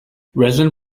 resin